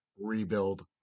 rebuild